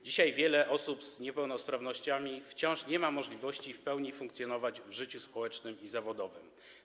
Dzisiaj wiele osób z niepełnosprawnościami wciąż nie ma możliwości w pełni funkcjonować w życiu społecznym i zawodowym.